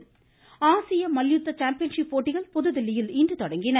மல்யுத்தம் ஆசிய மல்யுத்த சாம்பியன்ஷிப் போட்டிகள் புதுதில்லியில் இன்று தொடங்கின